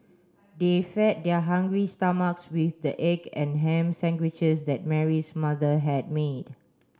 they fed their hungry stomachs with the egg and ham sandwiches that Mary's mother had made